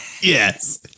Yes